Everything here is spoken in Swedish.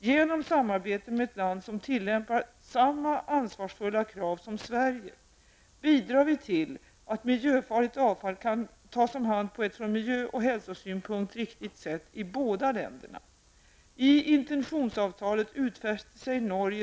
Genom samarbete med ett land som tillämpar samma ansvarsfulla krav som Sverige bidrar vi till att miljöfarligt avfall tas om hand på ett från miljöoch hälsosynpunkt riktigt sätt i båda länderna.